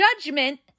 judgment